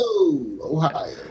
Ohio